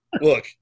look